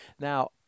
Now